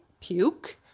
puke